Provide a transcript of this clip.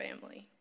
family